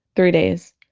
three days.